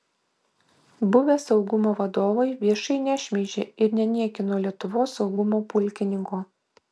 buvę saugumo vadovai viešai nešmeižė ir neniekino lietuvos saugumo pulkininko